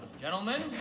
Gentlemen